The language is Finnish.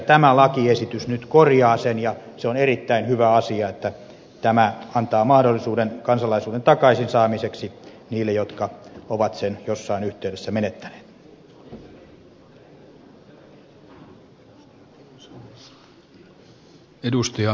tämä lakiesitys nyt korjaa sen ja se on erittäin hyvä asia että tämä antaa mahdollisuuden kansalaisuuden takaisin saamiseksi niille jotka ovat sen jossain yhteydessä menettäneet